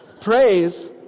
praise